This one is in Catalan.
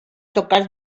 tocar